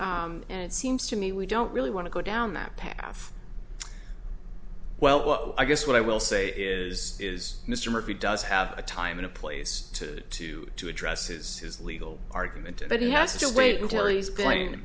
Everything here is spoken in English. and it seems to me we don't really want to go down that path well i guess what i will say is is mr murphy does have a time in a place to to to address his his legal argument but he has to wait until he's going